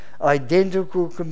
identical